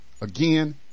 again